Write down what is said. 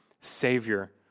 savior